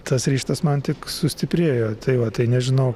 tas ryžtas man tik sustiprėjo tai va tai nežinau